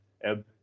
ebb